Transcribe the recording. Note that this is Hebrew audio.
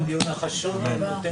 הישיבה נעולה.